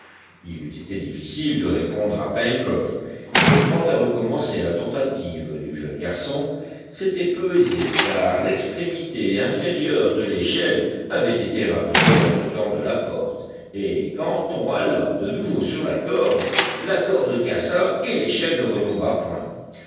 il eût été difficile de répondre à pencroff et quant à recommencer la tentative du jeune garçon c'était peu aisé car l'extrémité inférieure de l'échelle avait été ramenée en dedans de la porte et quand on hala de nouveau sur la corde la corde cassa et l'échelle ne retomba point